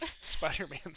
Spider-Man